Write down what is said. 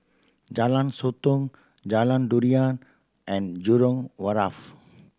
Jalan Sotong Jalan Durian and Jurong Wharf